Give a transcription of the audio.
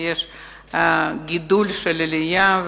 יש גידול בעלייה,